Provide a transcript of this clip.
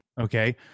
Okay